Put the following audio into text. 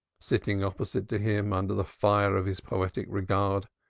sitting opposite to him under the fire of his poetic regard.